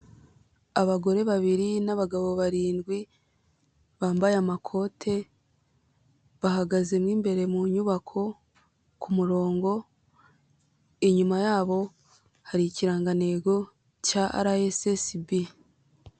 Abagore babiri n'abagabo barindwi, bambaye amakote, bahagaze mo imbere mu nyubako ku murongo, inyuma yabo hari ikirangantego cya RSSB.